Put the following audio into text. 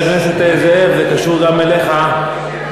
התשע"ג 2013, קריאה ראשונה.